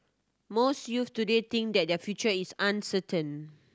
most youths today think that their future is uncertain